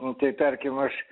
nu tai tarkim aš